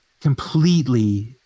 completely